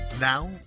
Now